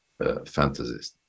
fantasist